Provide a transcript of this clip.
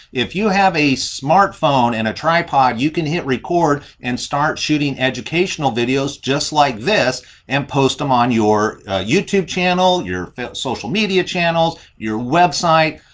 if you have a smartphone and a tripod you can hit record and start shooting educational videos just like this and post them on your youtube channel, your social media channel, your web site.